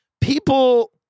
People